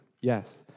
Yes